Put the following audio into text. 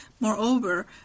Moreover